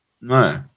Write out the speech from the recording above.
No